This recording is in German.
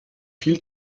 viel